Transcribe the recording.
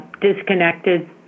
disconnected